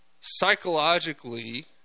psychologically